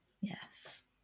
Yes